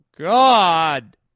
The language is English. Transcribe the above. God